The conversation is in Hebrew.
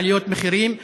עליות מחירים,